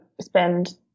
spend